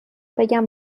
بگم